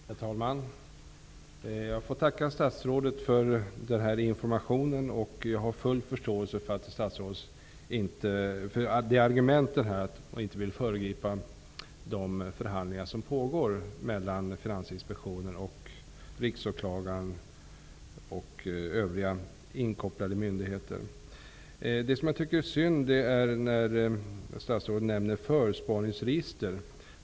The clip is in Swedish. Herr talman! Jag får tacka statsrådet för den information som givits. Jag har full förståelse för statsrådets argument här, dvs. att hon inte vill föregripa de förhandlingar som pågår mellan Finansinspektionen, Riksåklagaren och övriga inkopplade myndigheter. Däremot tycker jag att det är synd att statsrådet talar om förspaningsregister.